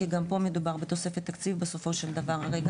כי גם פה מדובר בתוספת תקציב בסופו של דבר.